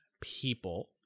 people